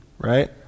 right